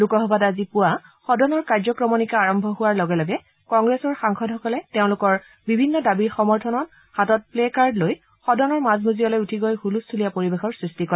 লোকসভাত আজি পুৱা সদনৰ কাৰ্য্যক্ৰমণিকা আৰম্ভ হোৱাৰ লগে লগে কংগ্ৰেছৰ সাংসদসকলে তেওঁলোকৰ বিভিন্ন দাবীৰ সমৰ্থনত হাতত প্লে কাৰ্ড লৈ সদনৰ মাজমজিয়ালৈ উঠি গৈ হুলস্থূলীয়া পৰিৱেশৰ সৃষ্টি কৰে